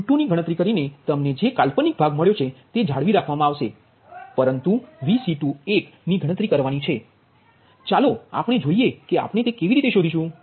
Q2 ની ગણતરી કરીને તમને જે કાલ્પનિક ભાગ મળ્યો છે તે જાળવી રાખવામાં આવશે પરંતુ Vc21 ની ગણતરી કરવાની છે ચાલો આપણે જોઇએ કે આપણે તે કેવી રીતે શોધીશુ